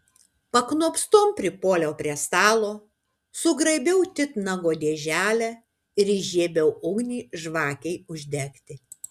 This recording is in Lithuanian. paknopstom pripuoliau prie stalo sugraibiau titnago dėželę ir įžiebiau ugnį žvakei uždegti